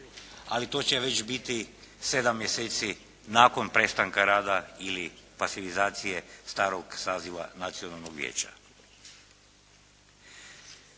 ali to će već biti sedam mjeseci nakon prestanka rada ili pasivizacije starog saziva nacionalnog vijeća.